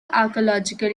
archaeological